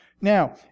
Now